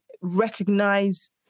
recognize